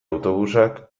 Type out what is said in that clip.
autobusak